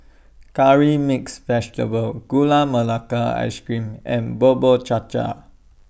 Curry Mixed Vegetable Gula Melaka Ice Cream and Bubur Cha Cha